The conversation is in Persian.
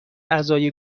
اعضای